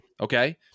Okay